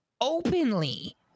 openly